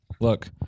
Look